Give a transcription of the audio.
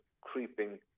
creeping